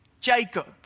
Jacob